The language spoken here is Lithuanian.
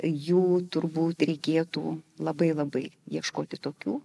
jų turbūt reikėtų labai labai ieškoti tokių